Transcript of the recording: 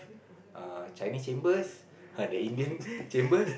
uh Chinese chambers uh the Indian chambers